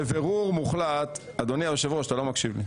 בבירור מוחלט אדוני היושב-ראש אתה לא מקשיב לי.